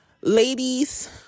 Ladies